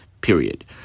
Period